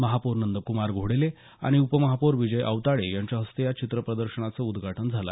महापौर नंदकुमार घोडेले आणि उप महापौर विजय औताडे यांच्या हस्ते या प्रदर्शनाचं आज उदघाटन झालं